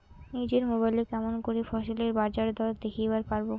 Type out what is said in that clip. নিজের মোবাইলে কেমন করে ফসলের বাজারদর দেখিবার পারবো?